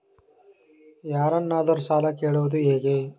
ಯಾರನ್ನಾದರೂ ಸಾಲ ಕೇಳುವುದು ಹೇಗೆ?